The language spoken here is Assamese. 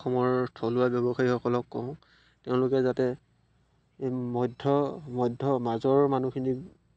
অসমৰ থলুৱা ব্যৱসায়ীসকলক কওঁ তেওঁলোকে যাতে এই মধ্য মধ্য মাজৰ মানুহখিনি